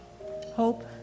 Hope